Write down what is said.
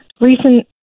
Recent